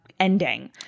Ending